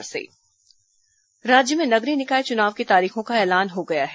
नगरीय निकाय चुनाव राज्य में नगरीय निकाय चुनाव की तारीखों का ऐलान हो गया है